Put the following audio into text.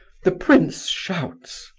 the prince shouts,